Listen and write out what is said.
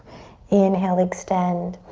inhale, extend.